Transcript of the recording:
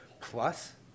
plus